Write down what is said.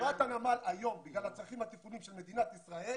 חברת הנמל היום בגלל הצרכים התפעוליים של מדינת ישראל